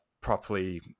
properly